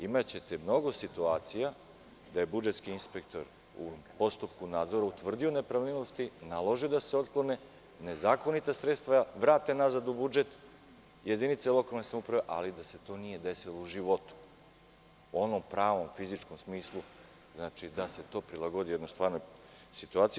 Imaćete mnogo situacija da je budžetski inspektor u postupku nadzora utvrdio nepravilnosti, naložio da se otklone, nezakonita sredstva vrate nazad u budžet jedinice lokalne samouprave, ali da se to nije desilo u životu, onom pravom fizičkom smislu, znači da se to prilagodi jednoj stvarnoj situaciji.